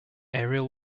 ariel